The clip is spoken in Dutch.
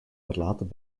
verlaten